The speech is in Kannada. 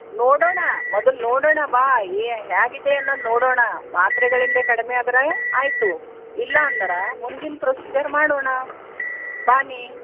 ನೋಡೋಣ ಮೊದಲು ನೋಡೋಣ ಬಾ ಏ ಹೇಗಿದೆ ಅನ್ನೋದು ನೋಡೋಣ ಮಾತ್ರೆಗಳಿಂದಲೆ ಕಡಿಮೆ ಆದರೆ ಆಯಿತು ಇಲ್ಲಾ ಅಂದ್ರೆ ಮುಂದಿನ ಪ್ರೊಸೀಜರ್ ಮಾಡೋಣ ಬಾ ನೀ